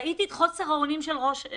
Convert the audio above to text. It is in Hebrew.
ראיתי את חוסר האונים של ראשת